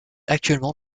actuellement